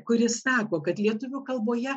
kuri sako kad lietuvių kalboje